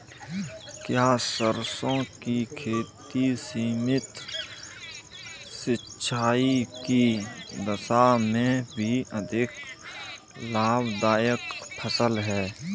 क्या सरसों की खेती सीमित सिंचाई की दशा में भी अधिक लाभदायक फसल है?